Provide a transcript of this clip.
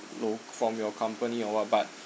loc~ from your company or what but